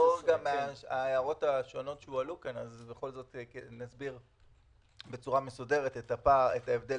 ההערות שהועלו כאן אסביר את ההבדל